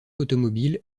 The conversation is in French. automobile